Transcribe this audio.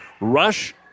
Rush